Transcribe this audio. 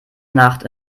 nacht